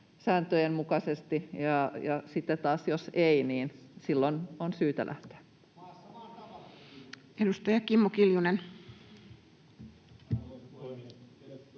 sääntöjen mukaisesti, ja sitten taas jos ei, niin silloin on syytä lähteä. [Mika Niikko: Maassa